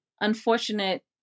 unfortunate